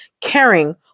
caring